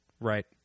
Right